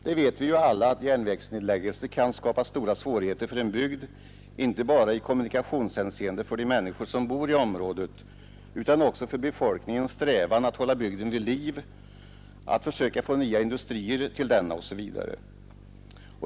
Vi vet alla att en järnvägsnedläggelse kan skapa stora svårigheter för en bygd, inte bara i kommunikationshänseende för de människor som bor i området utan också för befolkningens strävan att hålla bygden vid liv, att försöka få nya industrier till denna osv.